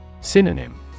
Synonym